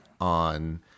on